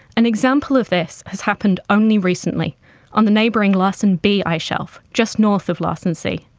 an example of this has happened only recently on the neighbouring larsen b ice shelf, just north of larsen c.